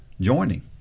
joining